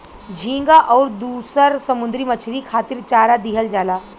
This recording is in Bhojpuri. झींगा आउर दुसर समुंदरी मछरी खातिर चारा दिहल जाला